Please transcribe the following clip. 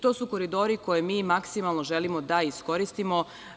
To su koridori koje mi maksimalno želimo da iskoristimo.